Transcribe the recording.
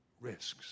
risks